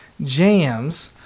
jams